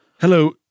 Hello